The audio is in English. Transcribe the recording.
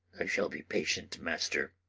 i shall be patient, master.